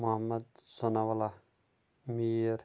Mohammad Sanaullah Mir